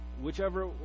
whichever